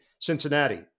Cincinnati